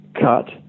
Cut